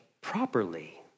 properly